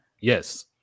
Yes